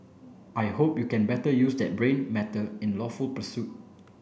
I hope you can better use that brain matter in lawful pursuit